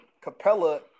Capella